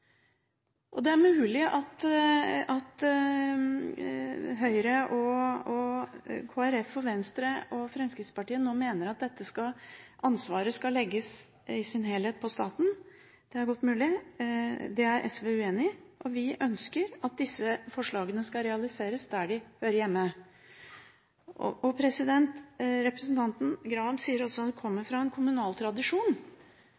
tingene. Det er mulig at Høyre, Kristelig Folkeparti, Venstre og Fremskrittspartiet nå mener at dette ansvaret skal legges i sin helhet på staten – det er godt mulig. Det er SV uenig i. Vi ønsker at disse forslagene skal realiseres der de hører hjemme. Representanten Graham sier også